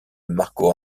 marco